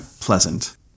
pleasant